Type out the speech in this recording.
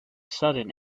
sudden